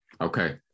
okay